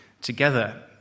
together